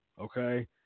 Okay